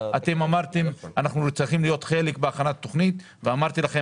אתם אמרתם שאתם צריכים להיות חלק בהכנת התכנית וכבר אז אמרתי לכם